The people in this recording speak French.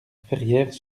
ferrières